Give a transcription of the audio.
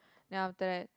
then after that